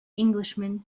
englishman